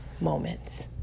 moments